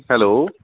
hello